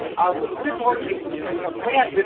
so the sift workstation, and yeah the way i did